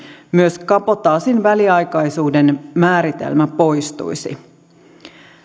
myös kabotaasin väliaikaisuuden määritelmä poistuisi